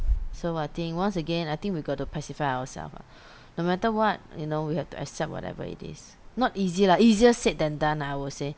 so I think once again I think we got to pacify ourself lah no matter what you know we have to accept whatever it is not easy lah easier said than done I will say